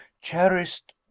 cherished